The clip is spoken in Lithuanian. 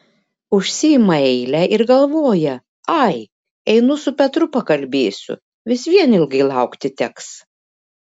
užsiima eilę ir galvoja ai einu su petru pakalbėsiu vis vien ilgai laukti teks